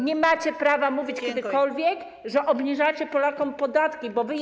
Nie macie prawa mówić kiedykolwiek, że obniżacie Polakom podatki, bo wy je.